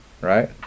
right